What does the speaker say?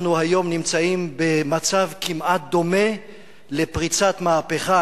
אנחנו היום נמצאים במצב כמעט דומה לפריצת מהפכה.